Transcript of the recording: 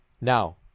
Now